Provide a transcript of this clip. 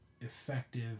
effective